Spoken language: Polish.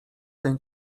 ten